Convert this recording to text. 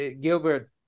Gilbert